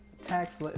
Tax